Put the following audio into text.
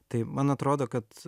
tai man atrodo kad